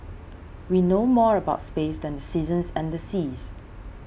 we know more about space than the seasons and the seas